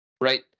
right